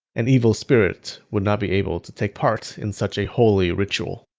an evil spirit would not be able to take part in such a holy ritual.